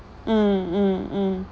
mm mm mm